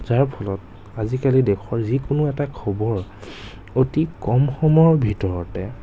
যাৰ ফলত আজিকালি দেশৰ যিকোনো এটা খবৰ অতি কম সময়ৰ ভিতৰতে